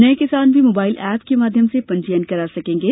नए किसान भी मोबाईल एप के माध्यम से पंजीयन करा सकेंगे